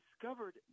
discovered